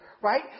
right